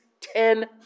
ten